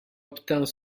obtint